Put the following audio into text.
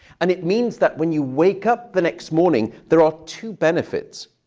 and it means that when you wake up the next morning, there are two benefits.